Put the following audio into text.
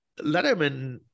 letterman